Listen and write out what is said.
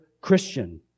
Christian